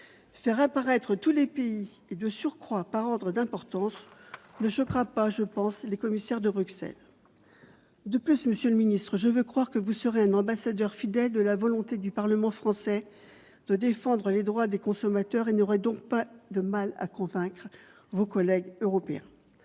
Faire apparaître tous les pays et, de surcroît, par ordre d'importance ne choquera pas, je pense, les commissaires de Bruxelles. De plus, monsieur le ministre, je veux croire que vous serez un ambassadeur fidèle de la volonté du Parlement français de défendre les droits des consommateurs et n'aurez donc pas de mal à convaincre vos collègues européens.